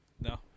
No